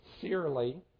sincerely